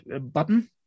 button